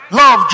love